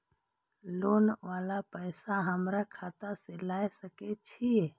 Loan वाला पैसा हमरा खाता से लाय सके छीये?